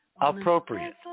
appropriate